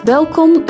Welkom